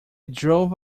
drove